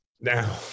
Now